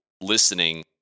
listening